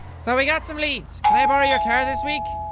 so we're got some leads. can i borrow your car this week?